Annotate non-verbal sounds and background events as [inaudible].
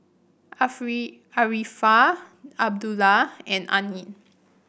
[unintelligible] Arifa Abdullah and Ain